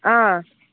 ஆ